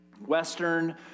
Western